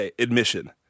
Admission